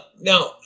Now